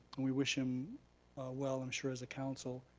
we wish him well, i'm sure, as a counsel,